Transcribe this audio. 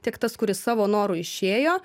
tiek tas kuris savo noru išėjo